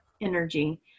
energy